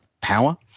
power